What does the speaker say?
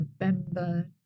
November